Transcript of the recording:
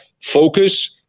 focus